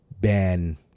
ban